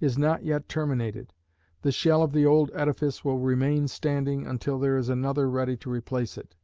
is not yet terminated the shell of the old edifice will remain standing until there is another ready to replace it